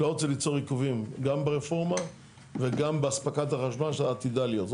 אני לא רוצה ליצור עיכובים גם ברפורמה וגם באספקת החשמל שעתידה להיות.